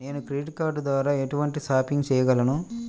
నేను credit card ద్వార ఎటువంటి షాపింగ్ చెయ్యగలను?